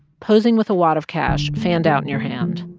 posing with a wad of cash fanned out in your hand,